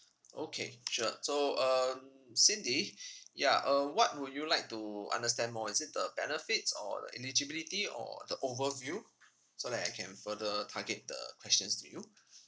okay sure so um cindy ya uh what would you like to understand more is it the benefits or the eligibility or the overview so that I can further target the questions to you